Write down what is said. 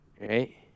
right